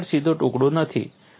તે સરળ સીધો ટુકડો નથી